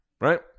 right